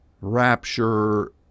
rapture